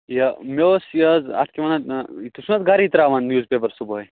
یہِ مےٚ اوس یہِ حظ اَتھ کیٛاہ وَنان تُہۍ چھُو نا حظ گَرٕے ترٛاوان نِوٕز پیپَر صُبحٲے